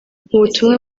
butumwa